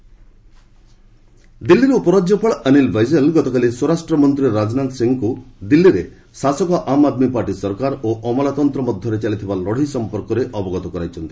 Delhi LG Rajnath ଦିଲ୍ଲୀର ଉପରାଜ୍ୟପାଳ ଅନୀଲ ବୈଜଲ ଗତକାଲି ସ୍ୱରାଷ୍ଟ୍ରମନ୍ତ୍ରୀ ରାଜନାଥ ସିଂଙ୍କୁ ଦିଲ୍ଲୀରେ ଶାସକ ଆମ୍ ଆଦ୍ମି ପାର୍ଟି ସରକାର ଓ ଅମଲାତନ୍ତ୍ର ଭିତରେ ଚାଲିଥିବା ଲଢ଼େଇ ସମ୍ପର୍କରେ ଅବଗତ କରାଇଛନ୍ତି